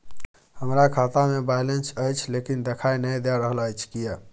हमरा खाता में बैलेंस अएछ लेकिन देखाई नय दे रहल अएछ, किये?